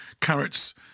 Carrots